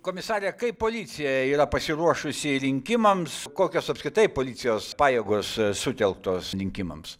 komisare kaip policija yra pasiruošusi rinkimams kokios apskritai policijos pajėgos sutelktos rinkimams